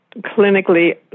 Clinically